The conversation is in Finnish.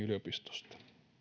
yliopistosta